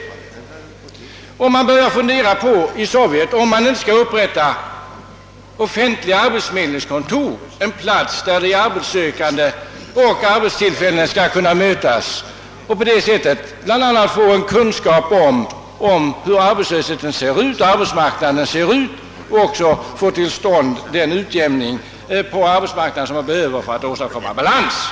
I Sovjetunionen funderar man nu på om man inte skall upprätta offentliga arbetsförmedlingskontor, där arbetssökande och arbetstillfällen skall kunna mötas, så att man på det sättet bl.a. får kunskap om hur arbetslösheten och arbetsmarknaden ser ut och kan få till stånd den utjämning på arbetsmarknaden som man behöver för att åstadkomma balans.